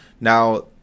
Now